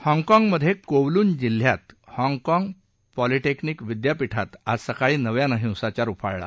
हाँगकॉगमधे Kowloon जिल्ह्यात हाँगकाँग Polytechnic विद्यापीठात आज सकाळी नव्यानं हिंसाचार उफाळला